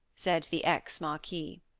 said the ex-marquis.